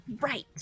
right